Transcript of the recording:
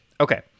okay